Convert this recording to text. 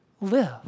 live